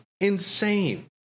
insane